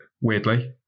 weirdly